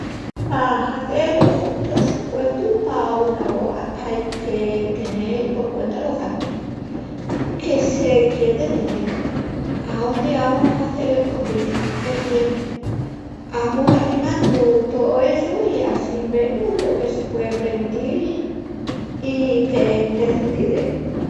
Pa hazel un prossupuestu pa una boa ai que tenel por cuenta los gastus, que se quié de tenel, aóndi amus a hazel el conviti, el tiempu. Amus arrimandu tó essu i assín vemus lo que se pué premitil i qu'es prescindibli.